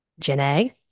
Janae